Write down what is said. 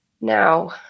now